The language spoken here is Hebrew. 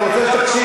אני רוצה שתקשיב.